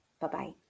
bye-bye